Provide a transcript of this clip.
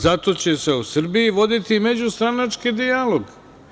Zato će se o Srbiji voditi međustranački dijalog.